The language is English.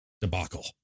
debacle